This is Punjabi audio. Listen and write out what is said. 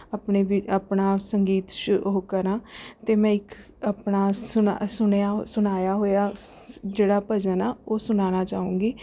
ਆਪਣੇ ਵੀ ਆਪਣਾ ਸੰਗੀਤ ਸ਼ੁ ਉਹ ਕਰਾਂ ਅਤੇ ਮੈਂ ਇੱਕ ਆਪਣਾ ਸੁਣਾ ਸੁਣਿਆ ਸੁਣਾਇਆ ਹੋਇਆ ਸ ਜਿਹੜਾ ਭਜਨ ਆ ਉਹ ਸੁਣਾਉਣਾ ਚਾਹਾਂਗੀ